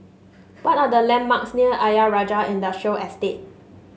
what are the landmarks near Ayer Rajah Industrial Estate